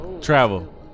Travel